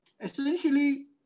Essentially